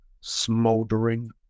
smoldering